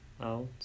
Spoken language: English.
out